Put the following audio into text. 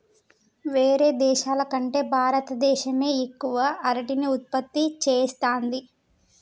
వేరే దేశాల కంటే భారత దేశమే ఎక్కువ అరటిని ఉత్పత్తి చేస్తంది